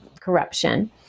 corruption